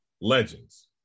legends